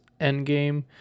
Endgame